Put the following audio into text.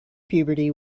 puberty